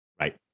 Right